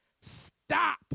stop